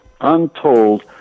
untold